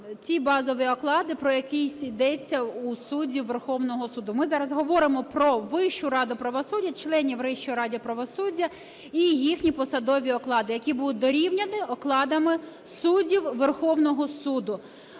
ті базові оклади, про які йдеться у суддів Верховного Суду. Ми зараз говоримо про Вищу раду правосуддя, членів Вищої ради правосуддя і їхні посадові оклади, які будуть дорівняні окладами суддів Верховного Суду.